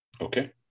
Okay